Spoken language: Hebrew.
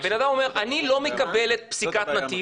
בן אדם אומר: אני לא מקבל את פסיקת נתיב,